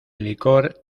licor